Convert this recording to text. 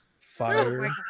Fire